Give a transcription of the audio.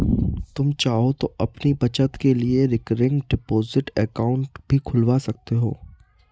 तुम चाहो तो अपनी बचत के लिए रिकरिंग डिपॉजिट अकाउंट भी खुलवा सकते हो